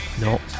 No